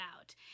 out